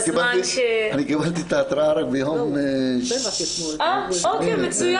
אני קיבלתי את התראה רק ביום- -- אה מצוין,